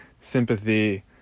sympathy